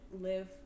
live